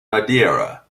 madeira